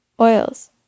Oils